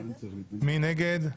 מי נגד?